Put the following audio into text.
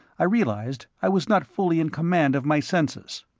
i realized i was not fully in command of my senses.